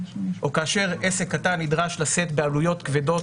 או כאשר עסק קטן נדרש לשאת בעלויות כבדות